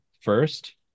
first